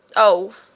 oh!